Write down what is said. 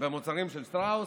במוצרים של שטראוס,